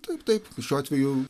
tu taip ir šiuo atveju